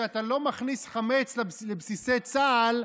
שאתה לא מכניס חמץ לבסיסי צה"ל,